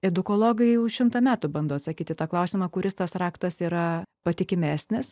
edukologai jau šimtą metų bando atsakyti į tą klausimą kuris tas raktas yra patikimesnis